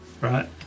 Right